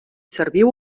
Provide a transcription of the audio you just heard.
serviu